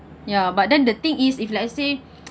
ya but then the thing is if let's say